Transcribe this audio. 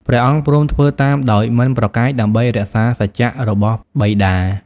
ព្រះអង្គព្រមធ្វើតាមដោយមិនប្រកែក ដើម្បីរក្សាសច្ចៈរបស់បិតា ។